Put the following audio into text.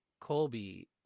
Colby